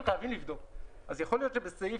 בוא תבדוק מה קורה איתן.